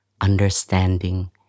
understanding